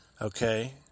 okay